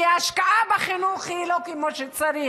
כי ההשקעה בחינוך היא לא כמו שצריך,